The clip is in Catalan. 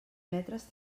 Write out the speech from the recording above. metres